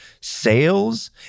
sales